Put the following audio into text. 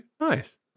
Nice